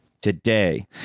today